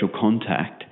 contact